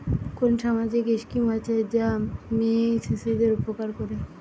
কোন সামাজিক স্কিম আছে যা মেয়ে শিশুদের উপকার করে?